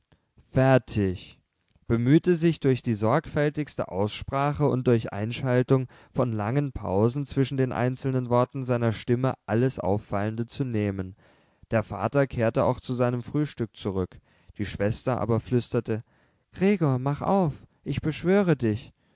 fertig bemühte sich durch die sorgfältigste aussprache und durch einschaltung von langen pausen zwischen den einzelnen worten seiner stimme alles auffallende zu nehmen der vater kehrte auch zu seinem frühstück zurück die schwester aber flüsterte gregor mach auf ich beschwöre dich